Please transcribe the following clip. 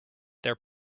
their